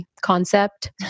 concept